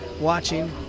watching